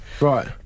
right